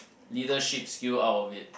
leadership skill out of it